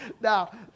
now